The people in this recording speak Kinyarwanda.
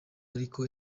ariko